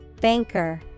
Banker